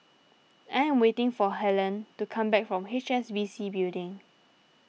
I am waiting for Helene to come back from H S B C Building